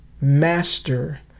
master